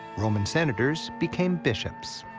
roman senators became bishops,